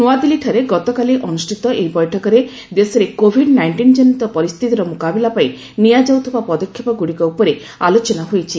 ନୂଆଦିଲ୍ଲୀଠାରେ ଗତକାଲି ଅନୁଷ୍ଠିତ ଏହି ବବିଠକରେ ଦେଶରେ କୋଭିଡ୍ ନାଇଷ୍ଟିନ କନିତ ପରିସ୍ଥିତିର ମୁକାବିଲା ପାଇଁ ନିଆଯାଉଥିବା ପଦକ୍ଷେପଗୁଡ଼ିକ ଉପରେ ଆଲୋଚନା ହୋଇଛି